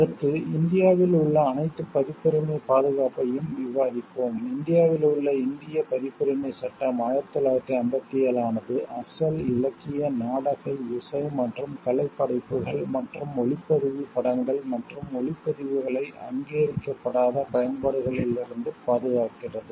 அடுத்து இந்தியாவில் உள்ள அனைத்து பதிப்புரிமைப் பாதுகாப்பையும் விவாதிப்போம் இந்தியாவில் உள்ள இந்திய பதிப்புரிமைச் சட்டம் 1957 ஆனது அசல் இலக்கிய நாடக இசை மற்றும் கலைப் படைப்புகள் மற்றும் ஒளிப்பதிவு படங்கள் மற்றும் ஒலிப்பதிவுகளை அங்கீகரிக்கப்படாத பயன்பாடுகளிலிருந்து பாதுகாக்கிறது